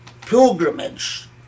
pilgrimage